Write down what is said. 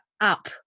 up